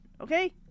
okay